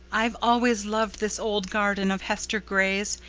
i've always loved this old garden of hester gray's,